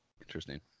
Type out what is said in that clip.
Interesting